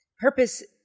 Purpose